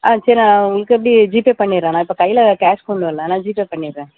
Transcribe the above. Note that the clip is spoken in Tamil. ஆ சரி உங்களுக்கு எப்படி ஜிபே பண்ணிடுறேன்ணா இப்போ கையில் கேஷ் கொண்டு வரல அதனால ஜிபே பண்ணிடுறேன்